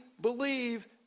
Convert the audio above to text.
believe